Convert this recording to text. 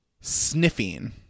Sniffing